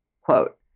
quote